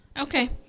Okay